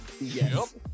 Yes